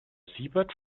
siebert